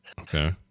okay